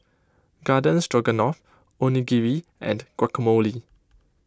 Garden Stroganoff Onigiri and Guacamole